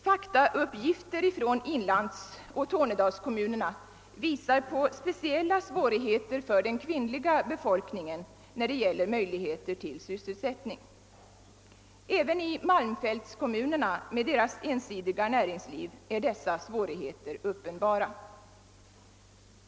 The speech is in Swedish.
Faktauppgifter från inlandsoch Tornedalskommunerna visar på speciella svårigheter för den kvinnliga befolkningen när det gäller möjligheter till sysselsättning. även i malmfältskommunerna med deras ensidiga näringsliv är dessa svårigheter uppenbara.